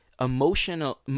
emotional